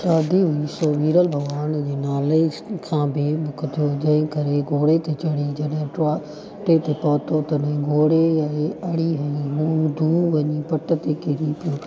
शादी हुई सो विरल भॻवान जे नाले खां बि मुख थियो जंहिं करे घोड़े ते चढ़ी जॾी टिवा टे ते पहुतो तॾहिं घोड़े अए अहिड़ी हई हू दूरि वञी पट ते वञी किरी पियो